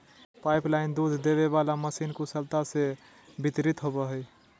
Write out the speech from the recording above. pipeline दूध देबे वाला मशीन कुशलता से वितरित होबो हइ